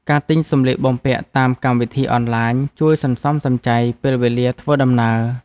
ការទិញសម្លៀកបំពាក់តាមកម្មវិធីអនឡាញ ជួយសន្សំសំចៃពេលវេលាធ្វើដំណើរ។